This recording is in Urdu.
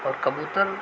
اور کبوتر